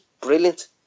brilliant